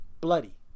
bloody